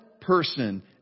person